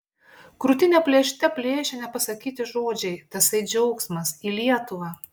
krūtinę plėšte plėšė nepasakyti žodžiai tasai džiaugsmas į lietuvą